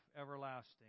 everlasting